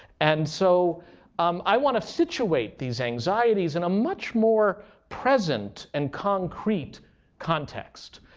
and so um i want to situate these anxieties in a much more present and concrete context.